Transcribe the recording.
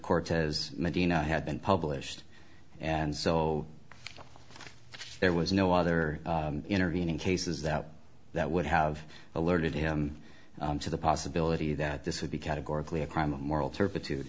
cortez medina had been published and so there was no other intervening cases that that would have alerted him to the possibility that this would be categorically a crime of moral turpitude